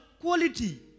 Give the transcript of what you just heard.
Quality